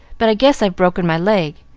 but i guess i've broken my leg.